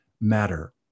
matter